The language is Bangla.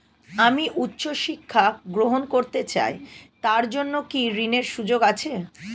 আমি উচ্চ শিক্ষা গ্রহণ করতে চাই তার জন্য কি ঋনের সুযোগ আছে?